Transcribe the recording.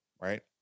right